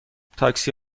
تاکسی